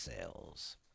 cells